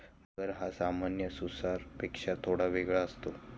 मगर हा सामान्य सुसरपेक्षा थोडा वेगळा असतो